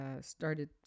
started